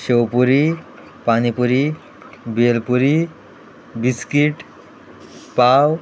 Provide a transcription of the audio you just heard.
sev puri pani puri bhel puri biscuit पाव